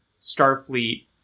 Starfleet